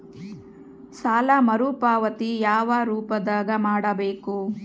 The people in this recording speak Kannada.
ಸಾಲ ಮರುಪಾವತಿ ಯಾವ ರೂಪದಾಗ ಮಾಡಬೇಕು?